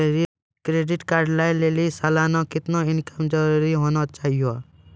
Credit card लय लेली सालाना कितना इनकम जरूरी होना चहियों?